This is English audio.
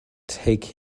take